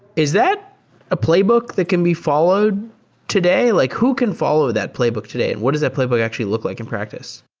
is that a playbook that can be followed today? like who can follow that playbook today and what does that playbook actually look like in practice?